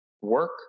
work